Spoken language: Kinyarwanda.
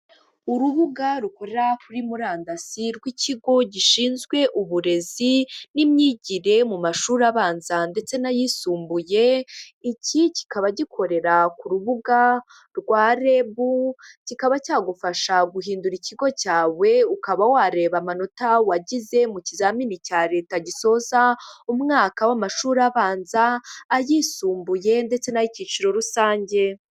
Urubuga rukorera kuri murandasi rw'ikigo gishinzwe uburezi n'imyigire mu mashuri abanza ndetse n'ayisumbuye, iki kikaba gikorera ku rubuga rwa REB, kikaba cyagufasha guhindura ikigo cyawe ukaba wareba amanota wagize mu kizamini cya leta gisoza umwaka w'amashuri abanza, ayisumbuye ndetse n'a'icyiciro rusange.